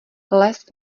les